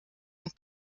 und